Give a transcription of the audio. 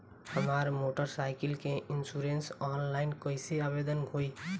हमार motorcycle के insurance online कईसे आवेदन होई?